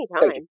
Anytime